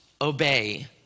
obey